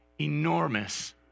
enormous